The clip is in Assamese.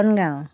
বনগাঁও